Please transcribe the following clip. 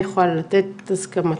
יכולה לתת את הסכמתה.